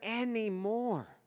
anymore